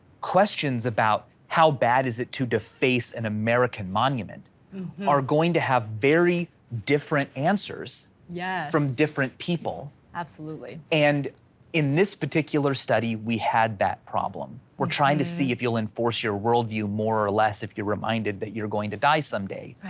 questions about how bad is it to deface an and american monument are going to have very different answers yeah from different people. absolutely. and in this particular study, we had that problem. we're trying to see if you'll enforce your worldview, more or less if you're reminded that you're going to die someday,